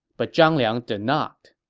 but zhang liang did not.